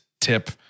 tip